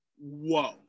Whoa